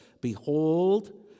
behold